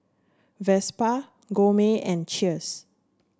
Vespa Gourmet and Cheers